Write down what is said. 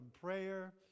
prayer